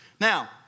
Now